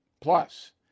Plus